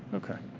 okay.